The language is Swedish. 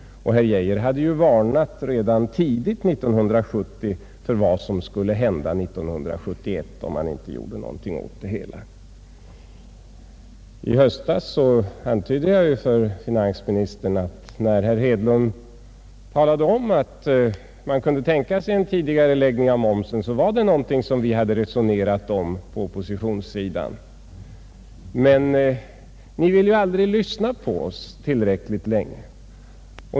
Och herr Geijer hade ju varnat redan tidigt 1970 för vad som skulle hända 1971, om man inte gjorde någonting åt det hela. I höstas antydde jag för finansministern att när herr Hedlund talade om en tidigareläggning av momsen, så var det någonting som vi på oppositionssidan hade resonerat om. Men ni vill ju aldrig lyssna på oss tillräckligt länge.